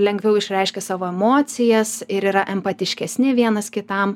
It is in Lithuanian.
lengviau išreiškia savo emocijas ir yra empatiškesni vienas kitam